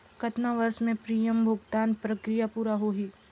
कतना वर्ष मे प्रीमियम भुगतान प्रक्रिया पूरा होही?